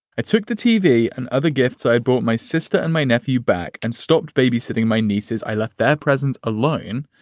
i took the tv and other gifts. i bought my sister and my nephew back and stopped babysitting my nieces. i loved that presence alone.